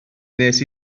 nes